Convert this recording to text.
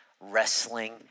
wrestling